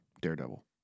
Daredevil